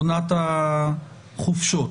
עונת החופשות.